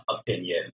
opinion